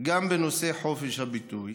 וגם בנושא חופש הביטוי.